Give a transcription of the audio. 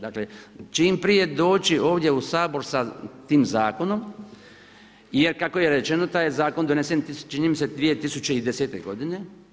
Dakle čim prije doći ovdje u Sabor sa ovim zakonom jer kako je rečeno taj je zakon donesen čini mi se 2010. godine.